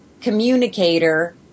Communicator